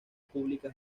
pública